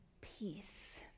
peace